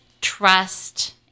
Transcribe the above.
trust